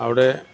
അവിടെ